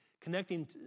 connecting